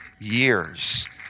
years